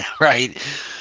right